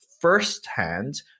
firsthand